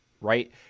right